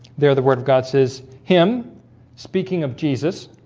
they're the word of god says him speaking of jesus